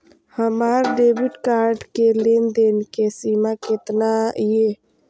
हमार debit card के लेन देन के सीमा केतना ये?